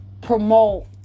promote